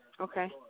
Okay